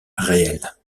réelle